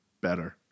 better